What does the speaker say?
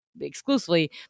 exclusively